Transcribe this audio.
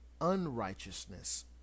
unrighteousness